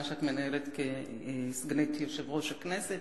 שאת מנהלת כסגנית יושב-ראש הכנסת.